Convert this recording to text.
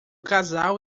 casal